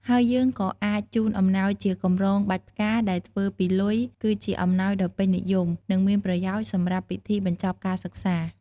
ហើយយើងក៏អាច ជូនអំណោយជាកម្រងបាច់ផ្កាដែលធ្វើពីលុយ គឺជាអំណោយដ៏ពេញនិយម និងមានប្រយោជន៍សម្រាប់ពិធីបញ្ចប់ការសិក្សា។